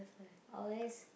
always